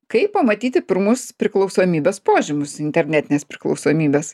kaip pamatyti pirmus priklausomybės požymius internetinės priklausomybės